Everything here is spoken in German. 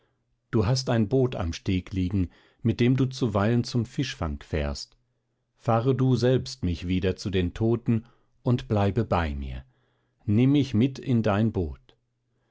du hast ein boot am steg liegen mit dem du zuweilen zum fischfang fährst fahre du selbst mich wieder zu den toten und bleibe bei mir nimm mich mit in dein boot